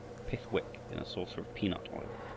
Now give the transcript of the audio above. a pith wick in a saucer of peanut oil,